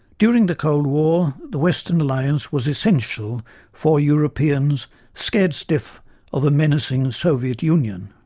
during the cold war the western alliance was essential for europeans scared stiff of a menacing soviet union,